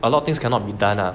a lot of things cannot be done ah